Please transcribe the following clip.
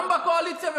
גם בקואליציה.